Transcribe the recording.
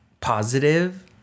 positive